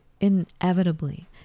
inevitably